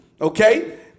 Okay